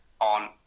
on